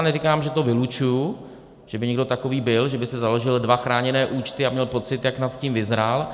Neříkám, že to vylučuji, že by někdo takový byl, že by si založil dva chráněné účty a měl pocit, jak nad tím vyzrál.